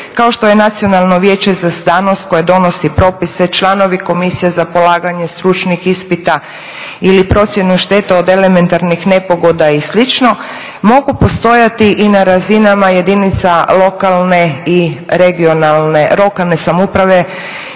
kao što je Nacionalno vijeće za znanost koje donosi propise, članovi komisije za polaganje stručnih ispita ili procjenu šteta od elementarnih nepogoda i slično mogu postojati i na razinama jedinica lokalne i regionalne, lokalne